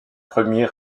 premier